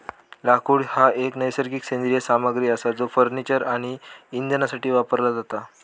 लाकूड हा एक नैसर्गिक सेंद्रिय सामग्री असा जो फर्निचर आणि इंधनासाठी वापरला जाता